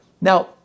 Now